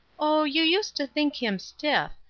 oh, you used to think him stiff,